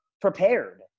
prepared